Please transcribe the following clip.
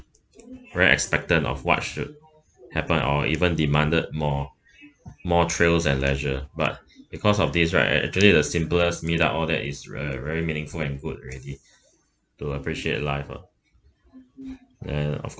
very expectant of what should happen or even demanded more more thrills and leisure but because of these right uh actually the simplest meet up all that is uh very meaningful and good already to appreciate life lah and of